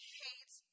hates